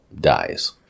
dies